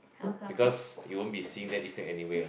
because you won't be seeing them eat snake anyway ah